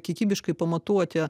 kiekybiškai pamatuoti